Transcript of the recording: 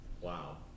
Wow